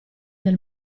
del